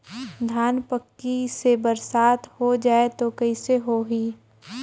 धान पक्की से बरसात हो जाय तो कइसे हो ही?